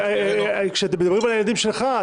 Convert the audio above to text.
כשמדברים על הילדים שלך,